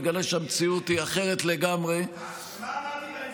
תגלה שהמציאות היא אחרת לגמרי, ומה אמרתי בהמשך?